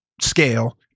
scale